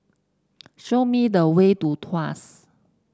show me the way to Tuas